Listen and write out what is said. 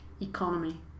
economy